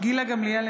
גילה גמליאל,